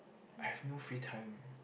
I have no free time